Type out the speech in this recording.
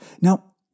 Now